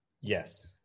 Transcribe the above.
Yes